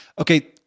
Okay